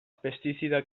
pestizida